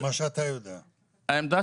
הוא תמך